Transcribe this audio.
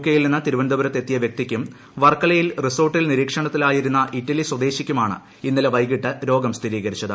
കെയിൽ നിന്ന് തിരുവനന്തപുരത്ത് എത്തിയ വ്യക്തിക്കും വർക്കലയിൽ റിസോർട്ടിൽ നിരീക്ഷണത്തിലായിരുന്ന ഇറ്റലി സ്വദേശിക്കുമാണ് ഇന്നലെ വൈകിട്ട് രോഗം സ്ഥിരീകരിച്ചത്